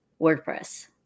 WordPress